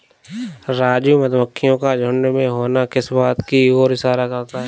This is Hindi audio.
राजू मधुमक्खियों का झुंड में होना किस बात की ओर इशारा करता है?